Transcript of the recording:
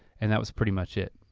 and that was pretty much it.